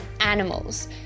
animals